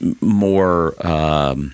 more